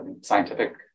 scientific